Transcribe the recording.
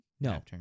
no